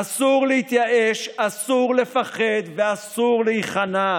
אסור להתייאש, אסור לפחד ואסור להיכנע.